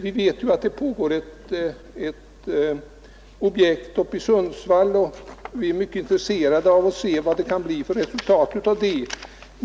Det finns ju ett forskningsobjekt uppe i Sundsvall och vi är mycket intresserade av att se vad det kan bli för resultat av det.